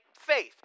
faith